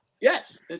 Yes